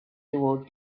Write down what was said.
toward